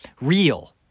real